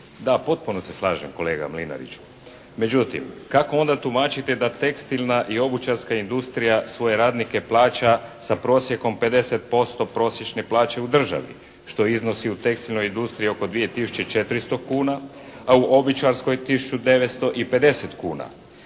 Da, potpuno se slažem kolega Mlinarić. Međutim, kako onda tumačite da tekstilna i obućarska industrija svoje radnike plaća sa prosjekom 50% prosječne plaće u državi što iznosi u tekstilnoj industriji oko 2 tisuće 400 kuna, a u obućarskoj tisuću 950 kuna.